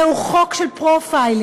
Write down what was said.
זהו חוק של profiling,